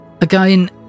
Again